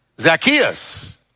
Zacchaeus